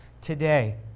today